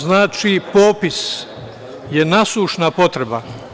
Znači, popis je nasušna potreba.